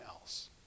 else